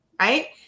right